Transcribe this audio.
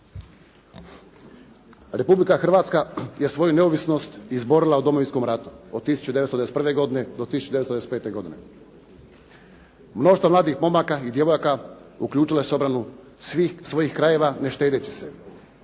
Republika Hrvatska je svoju neovisnost izborila u Domovinskom ratu od 1991. godine do 1995. godine. Mnoštvo mladih momaka i djevojaka uključile su obranu svih svojih krajeva ne štedeći se.